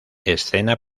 escena